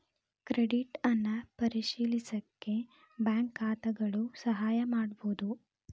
credit ಅನ್ನ ಪ್ರವೇಶಿಸಲಿಕ್ಕೆ bank ಖಾತಾಗಳು ಸಹಾಯ ಮಾಡ್ಬಹುದು